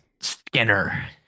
Skinner